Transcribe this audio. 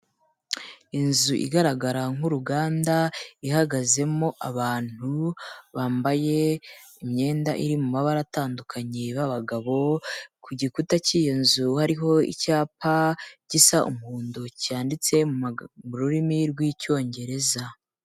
Inzu igaragara nk'uruganda, ihagazemo abantu bambaye imyenda iri mu mabara atandukanye b'abagabo, ku gikuta cy'iyi nzu hariho icyapa gisa umuhondo, cyanditse mu rurimi rw'Icyongereza.